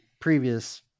previous